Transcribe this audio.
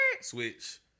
Switch